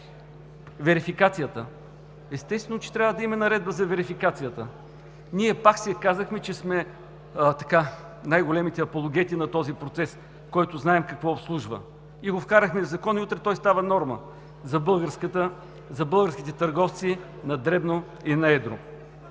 Верификацията – естествено, че трябва да има наредба за верификацията. Ние пак си казахме, че сме най-големите апологети на този процес, който знаем какво обслужва и го вкарахме в Закона и утре той става норма за българските търговци на дребно и на едро.